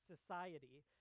society